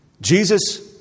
Jesus